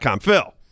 Phil